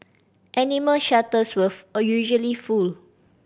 animal shelters usually full